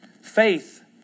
faith